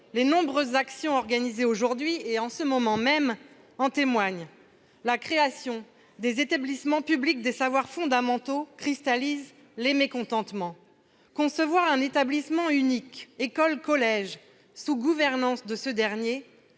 Les nombreuses actions organisées aujourd'hui-il y en a en ce moment même-en témoignent. La création des établissements publics des savoirs fondamentaux cristallise les mécontents. Concevoir un établissement unique école-collège, sous gouvernance de ce dernier,